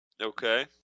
Okay